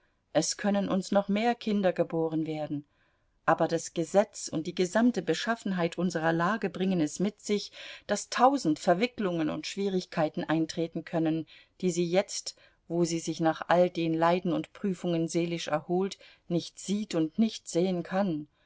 es können uns noch mehr kinder geboren werden aber das gesetz und die gesamte beschaffenheit unserer lage bringen es mit sich daß tausend verwicklungen und schwierigkeiten eintreten können die sie jetzt wo sie sich nach all den leiden und prüfungen seelisch erholt nicht sieht und nicht sehen kann